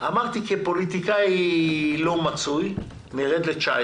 אמרתי כפוליטיקאי לא מצוי: נרד ל-19